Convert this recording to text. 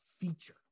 feature